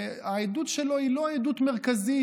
העדות שלו היא לא עדות מרכזית,